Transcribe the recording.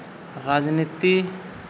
ᱨᱟᱡᱽᱱᱤᱛᱤ